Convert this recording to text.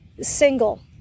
single